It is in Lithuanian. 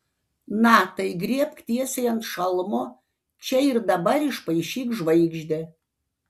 na tai griebk tiesiai ant šalmo čia ir dabar išpaišyk žvaigždę